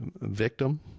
victim